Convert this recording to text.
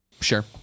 Sure